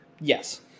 Yes